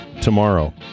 tomorrow